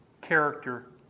character